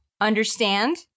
Understand